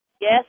Yes